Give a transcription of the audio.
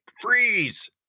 freeze